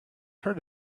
heard